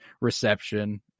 reception